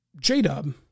J-Dub